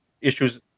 issues